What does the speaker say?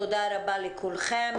תודה רבה לכולכם.